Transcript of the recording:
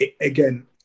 again